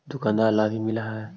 दुकान ला भी मिलहै?